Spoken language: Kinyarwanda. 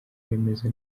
remezo